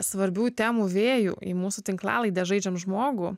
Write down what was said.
svarbių temų vėjų į mūsų tinklalaidę žaidžiam žmogų